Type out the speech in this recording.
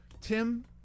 Tim